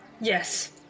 Yes